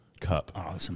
cup